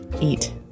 eat